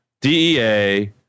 DEA